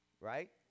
Right